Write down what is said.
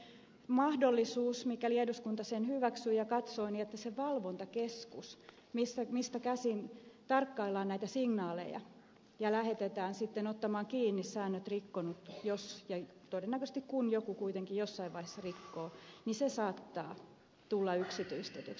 se mahdollisuus on mikäli eduskunta sen hyväksyy että se valvontakeskus mistä käsin tarkkaillaan näitä signaaleja ja lähetetään sitten ottamaan kiinni säännöt rikkonut jos ja todennäköisesti kun joku kuitenkin jossain vaiheessa rikkoo saattaa tulla yksityistetyksi